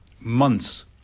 months